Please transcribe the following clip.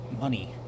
money